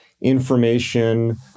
information